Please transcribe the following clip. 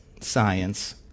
science